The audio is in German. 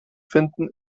finden